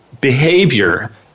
behavior